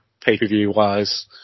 pay-per-view-wise